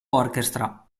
orchestra